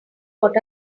what